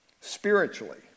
spiritually